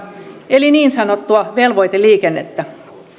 eli niin sanottua velvoiteliikennettä